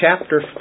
chapter